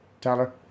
Tyler